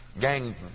Gang